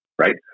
right